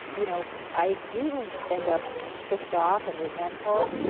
you know, i do end up pissed off and resentful.